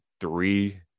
three